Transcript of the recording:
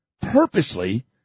purposely